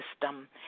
system